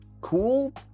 cool